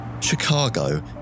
Chicago